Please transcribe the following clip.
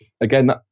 again